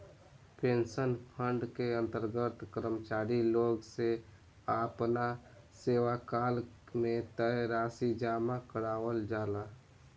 pension fund के अंतर्गत कर्मचारी लोग से आपना सेवाकाल में तय राशि जामा करावल जाला